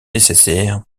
nécessaires